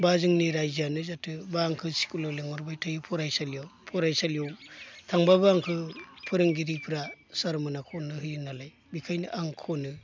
बा जोंनि रायजोआनो जाथों बा आंखो स्कुलाव लिंहरबाय थायो फरायसालियाव थांब्लाबो आंखो फोरोंगिरिफ्रा सारमोना खननो होयो नालाय बेखायनो आं खनो